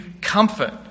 comfort